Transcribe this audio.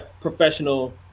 professional